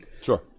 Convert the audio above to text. Sure